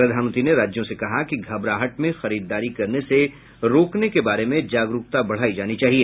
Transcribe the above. प्रधानमंत्री ने राज्यों से कहा कि घबराहट में खरीदारी करने से रोकने के बारे में जागरूकता बढाई जानी चाहिए